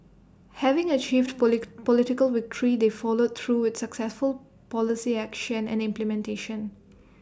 having achieved political victory they followed through with successful policy action and implementation